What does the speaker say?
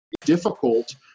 difficult